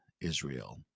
Israel